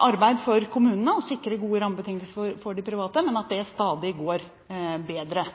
arbeid for kommunene å sikre gode rammebetingelser for de private, men at det stadig går bedre.